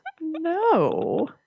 No